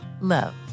love